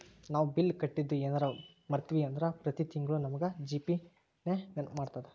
ನಾವು ಬಿಲ್ ಕಟ್ಟಿದ್ದು ಯೆನರ ಮರ್ತ್ವಿ ಅಂದ್ರ ಪ್ರತಿ ತಿಂಗ್ಳು ನಮಗ ಜಿ.ಪೇ ನೆನ್ಪ್ಮಾಡ್ತದ